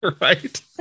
Right